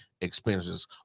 expenses